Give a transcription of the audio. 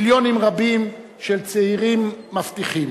מיליונים רבים של צעירים מבטיחים,